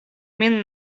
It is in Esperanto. min